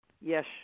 Yes